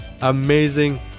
amazing